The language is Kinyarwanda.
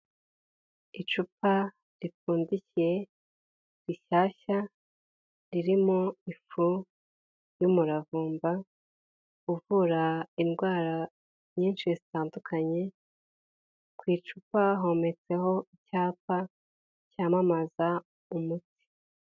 Icupa ripfundikiye, rishyashya, ririmo ifu y'umuravumba uvura indwara nyinshi zitandukanye, ku icupa hometseho icyapa cyamamaza umuti.